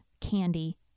candy